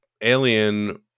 alien